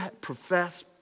profess